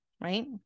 right